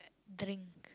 uh drink